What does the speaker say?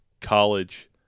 college